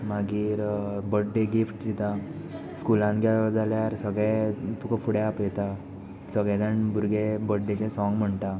मागीर birthday gifts दिता स्कुलान गेलो जाल्यार सगले तुका फुडें आपयता सगले जाण भुरगे बड्डेचें सोंग म्हणटा